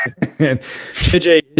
JJ